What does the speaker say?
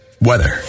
Weather